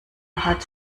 hat